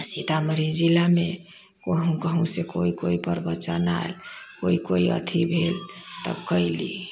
सीतामढ़ी जिलामे कहूँ कहूँ सँ कोइ कोइ प्रवचन आयल कोइ कोइ अथी भेल तब कैली